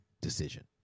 decision